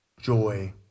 joy